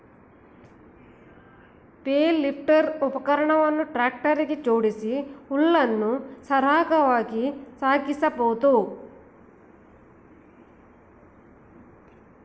bale lifter ಉಪಕರಣವನ್ನು tractor ಗೆ ಜೋಡಿಸಿ ಹುಲ್ಲನ್ನು ಸರಾಗವಾಗಿ ಸಾಗಿಸಬೋದು